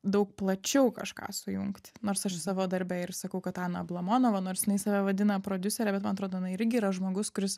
daug plačiau kažką sujungt nors aš savo darbe ir sakau kad ana ablamonova nors jinai save vadina prodiusere bet man atrodo jinai irgi yra žmogus kuris